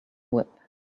whip